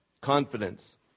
confidence